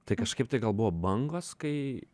tai kažkaip tai gal buvo bangos kai